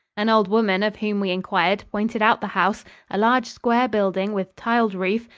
an old woman of whom we inquired pointed out the house a large square building with tiled roof,